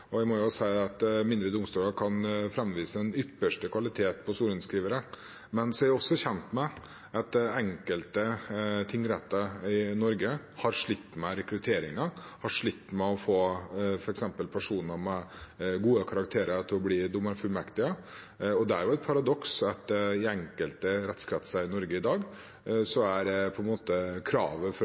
må si at mindre domstoler kan framvise den ypperste kvalitet på sorenskrivere. Men jeg er også kjent med at enkelte tingretter i Norge har slitt med rekrutteringen, har slitt med å få f.eks. personer med gode karakterer til å bli dommerfullmektige. Det er jo et paradoks at i enkelte rettskretser i Norge i dag er på en måte kravet for